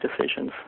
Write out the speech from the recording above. decisions